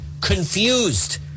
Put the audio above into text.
confused